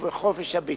ובחופש הביטוי.